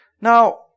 Now